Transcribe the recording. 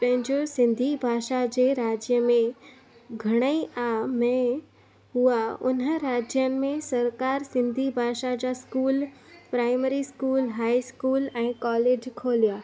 पंहिंजो सिंधी भाषा जे राज्य में घणेई आहे में हुआ उन राज्य में सरकार सिंधी भाषा जा school primary school high school ऐं कॉलेज खोलिया